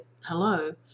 hello